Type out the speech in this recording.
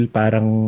parang